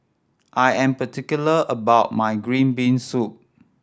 I am particular about my green bean soup